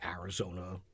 Arizona